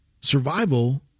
Survival